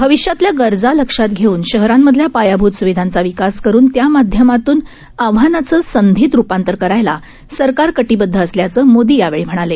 अविष्यातल्यागरजालक्षातघेऊनशहरांमधल्यापायाभूतस्विधांचाविकासकरूनत्यामाध्यमातूनआव्हानाचंसं धीतरूपांतरकरायलासरकारकटिबद्धअसल्याचंमोदीयावेळीम्हणाले